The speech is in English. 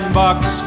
bucks